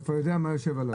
אתה כבר יודע מה יושב עליי.